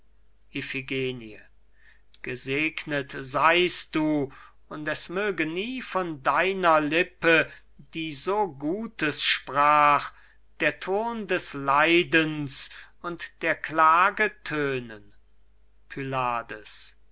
gesegnet seist du und es möge nie von deiner lippe die so gutes sprach der ton des leidens und der klage tönen pylades